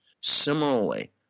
similarly